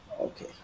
Okay